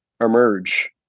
emerge